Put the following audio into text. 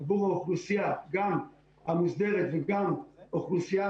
עבור האוכלוסייה גם המוסדרת וגם האוכלוסייה